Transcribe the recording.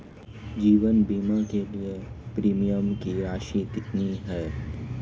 जीवन बीमा के लिए प्रीमियम की राशि कितनी है?